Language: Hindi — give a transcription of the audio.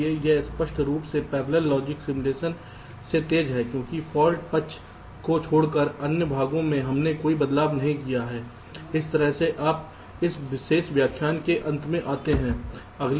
इसलिए यह स्पष्ट रूप से पैरेलल लॉजिक सिमुलेशन से तेज है क्योंकि फाल्ट पक्ष को छोड़कर अन्य भागों में हमने कोई बदलाव नहीं किया है इस तरह से आप इस विशेष व्याख्यान के अंत में आते हैं